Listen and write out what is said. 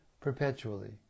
perpetually